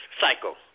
cycle